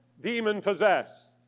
demon-possessed